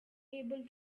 unable